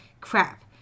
Crap